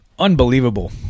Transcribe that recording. unbelievable